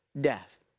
death